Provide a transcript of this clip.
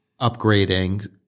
upgrading